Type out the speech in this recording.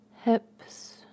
Hips